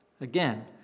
again